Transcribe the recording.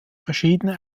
verschiedene